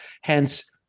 Hence